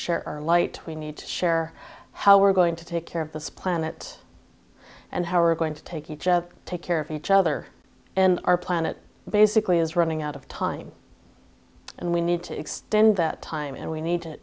share our light we need to share how we're going to take care of this planet and how we're going to take each other take care of each other and our planet basically is running out of time and we need to extend that time and we need to